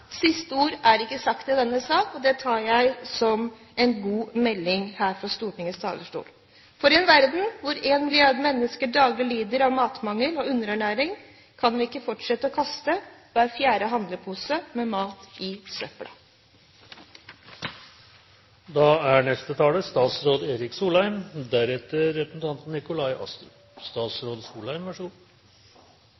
Siste ord er ikke sagt i denne sak. Det tar jeg som en god melding her fra Stortingets talerstol. For i en verden hvor en milliard mennesker daglig lider av matmangel og underernæring, kan vi ikke fortsette å kaste hver fjerde handlepose med mat i